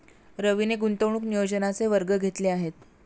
रवीने गुंतवणूक नियोजनाचे वर्ग घेतले आहेत